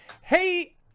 Hey